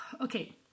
Okay